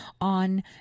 on